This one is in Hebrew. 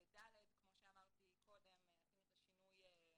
סעיף 5 אין שינויים.